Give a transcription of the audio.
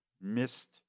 missed